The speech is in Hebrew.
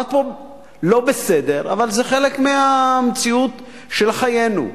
עד פה לא בסדר, אבל זה חלק מהמציאות של חיינו.